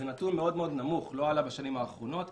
זה נתון נמוך מאוד שלא עלה בשנים האחרונות.